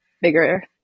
bigger